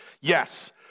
Yes